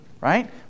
right